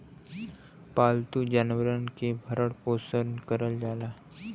पालतू जानवरन के भरण पोसन करल जाला